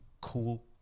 cool